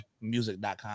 music.com